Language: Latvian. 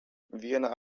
viena